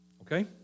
Okay